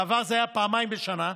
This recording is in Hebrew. בעבר זה היה פעמיים בשנה.